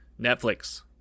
Netflix